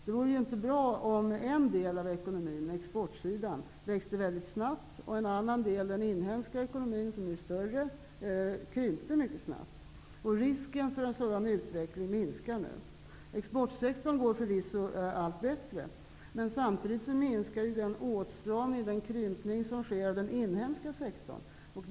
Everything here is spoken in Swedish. Det vore inte bra om en del av ekonomin, exportsidan, växte väldigt snabbt och en annan del, den inhemska ekonomin, som ju är större, krympte mycket snabbt. Risken för en sådan utveckling minskar nu. Exportsektorn går förvisso allt bättre, men samtidigt minskar den åtstramning, den krympning som sker av den inhemska sektorn.